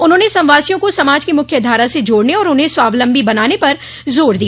उन्होंने संवासियों को समाज की मुख्य धारा से जोड़न और उन्हें स्वावलम्बी बनाने पर जोर दिया